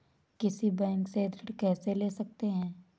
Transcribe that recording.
किसी बैंक से ऋण कैसे ले सकते हैं?